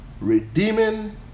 Redeeming